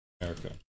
America